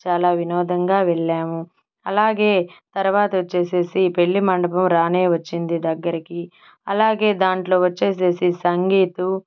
చాలా వినోదంగా వెళ్ళాము అలాగే తర్వాత వచ్చేసేసి పెళ్లి మండపం రానే వచ్చింది దగ్గరికి అలాగే దాంట్లో వచ్చేసేసి సంగీతు